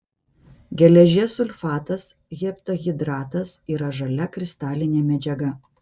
geležies sulfatas heptahidratas yra žalia kristalinė medžiaga